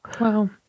Wow